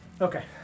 Okay